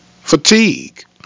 fatigue